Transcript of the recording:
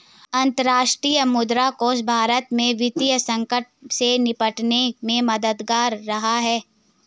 अंतर्राष्ट्रीय मुद्रा कोष भारत के वित्तीय संकट से निपटने में मददगार रहा है